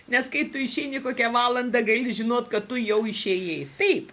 nes kai tu išeini kokią valandą gali žinot kad tu jau išėjai taip